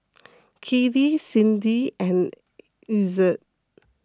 Kelli Cindi and Ezzard